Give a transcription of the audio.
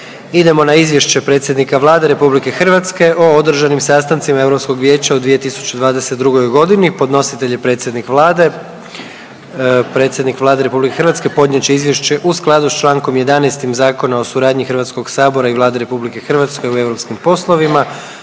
Idemo na - Izvješće predsjednika Vlade Republike Hrvatske o održanim sastancima Europskog vijeća u 2022. godini Podnositelj je predsjednik Vlade. Predsjednik Vlade Republike Hrvatske podnijet će izvješće u skladu sa člankom 11. Zakona o suradnji Hrvatskog sabora i Vlade Republike Hrvatske o europskim poslovima.